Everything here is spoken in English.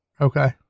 Okay